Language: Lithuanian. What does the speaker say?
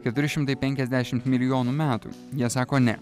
keturi šimtai penkiasdešimt milijonų metų jie sako ne